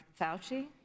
Fauci